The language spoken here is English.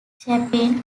chapin